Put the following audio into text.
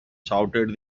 shouted